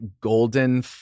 golden